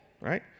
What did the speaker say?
right